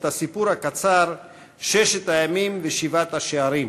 הסיפור הקצר "ששת הימים ושבעת השערים",